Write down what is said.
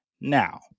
Now